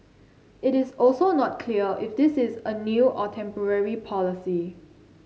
it is also not clear if this is a new or temporary policy